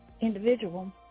individual